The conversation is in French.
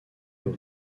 aux